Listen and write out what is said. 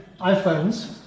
iPhones